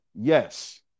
Yes